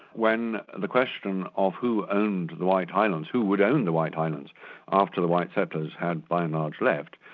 when the question of who owned the white highlands, who would own the white highlands after the white settlers had by and large left,